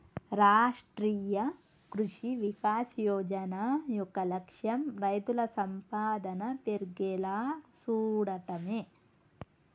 రాష్ట్రీయ కృషి వికాస్ యోజన యొక్క లక్ష్యం రైతుల సంపాదన పెర్గేలా సూడటమే